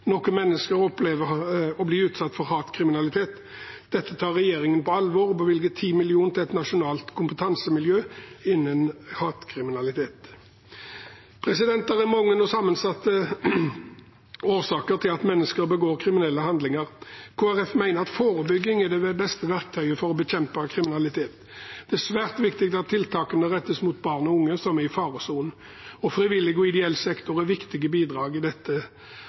Noen mennesker opplever å bli utsatt for hatkriminalitet. Dette tar regjeringen på alvor og bevilger 10 mill. kr til et nasjonalt kompetansemiljø innen hatkriminalitet. Det er mange og sammensatte årsaker til at mennesker begår kriminelle handlinger. Kristelig Folkeparti mener at forebygging er det beste verktøyet for å bekjempe kriminalitet. Det er svært viktig at tiltakene rettes mot barn og unge som er i faresonen. Frivillig og ideell sektor er viktige bidrag i dette.